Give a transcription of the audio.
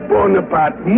Bonaparte